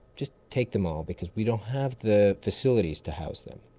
just take them all because we don't have the facilities to house them.